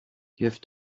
have